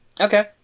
Okay